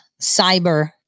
cyber